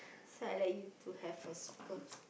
felt like you to have a soccer